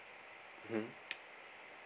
mmhmm